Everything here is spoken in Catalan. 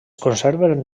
conserven